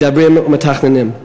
מדברים ומתכננים.